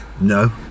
no